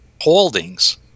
holdings